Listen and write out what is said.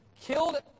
killed